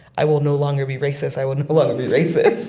i will no longer be racist, i will no longer be racist,